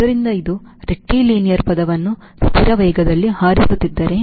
ಆದ್ದರಿಂದ ಇದು ರೆಕ್ಟಿಲಿನೀಯರ್ ಪಥವನ್ನು ಸ್ಥಿರ ವೇಗದಲ್ಲಿ ಹಾರಿಸುತ್ತಿದ್ದರೆ